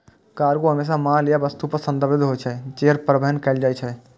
cargo हमेशा माल या वस्तु सं संदर्भित होइ छै, जेकर परिवहन कैल जाइ छै